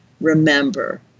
Remember